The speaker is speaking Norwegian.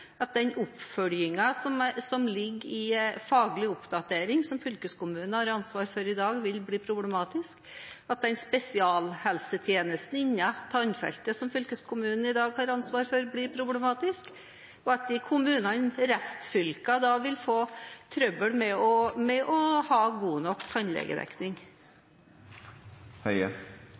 at den oppfølgingen som ligger i faglig oppdatering, som fylkeskommunen har ansvar for i dag, vil bli problematisk, at den spesialhelsetjenesten innen tannfeltet som fylkeskommunen i dag har ansvar for, blir problematisk, og at kommunene i restfylkene da vil få trøbbel med å ha god nok